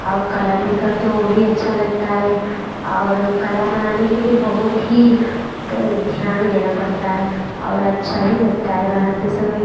और कलर भी कर दो ओ बी अच्छा लगता है और कला बनाने के लिए बहुत ही ध्यान देना पड़ता है और अच्छा भी लगता है बनाते समय